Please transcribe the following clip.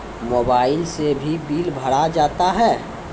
Mobile से भी bill भरा जाता हैं?